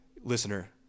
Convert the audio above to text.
listener